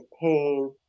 pain